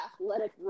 athletic